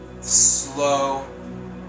slow